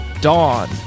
Dawn